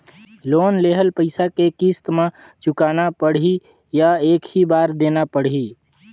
Loan लेहल पइसा के किस्त म चुकाना पढ़ही या एक ही बार देना पढ़ही?